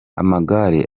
amagare